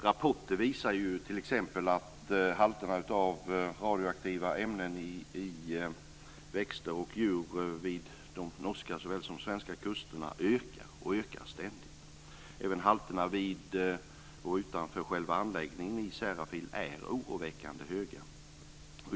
Rapporter visar t.ex. att halterna av radioaktiva ämnen i växter och djur vid de norska såväl som svenska kusterna ständigt ökar. Även halterna i och utanför själva anläggningen i Sellafield är oroväckande höga.